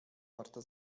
marta